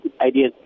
idea